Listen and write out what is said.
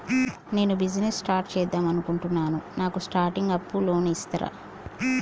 నేను business start చేద్దామనుకుంటున్నాను నాకు స్టార్టింగ్ అప్ లోన్ ఇస్తారా?